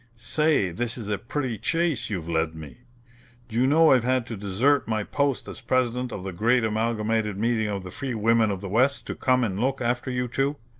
say, this is a pretty chase you've led me! do you know i've had to desert my post as president of the great amalgamated meeting of the free women of the west to come and look after you two?